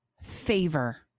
favor